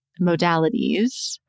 modalities